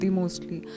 mostly